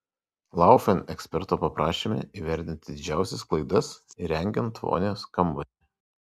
laufen eksperto paprašėme įvardinti didžiausias klaidas įrengiant vonios kambarį